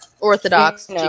Orthodox